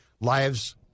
lives